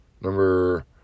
Number